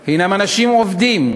הם אנשים עובדים,